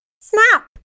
Snap